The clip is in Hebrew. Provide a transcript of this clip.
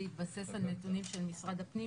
בהתבסס על נתונים של משרד הפנים,